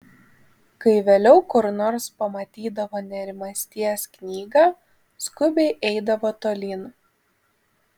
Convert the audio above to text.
kai vėliau kur nors pamatydavo nerimasties knygą skubiai eidavo tolyn